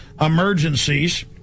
emergencies